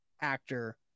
Actor